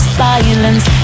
silence